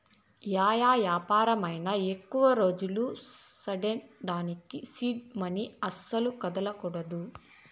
yeah యాపారమైనా ఎక్కువ రోజులు నడ్సేదానికి సీడ్ మనీ అస్సల కదల్సకూడదు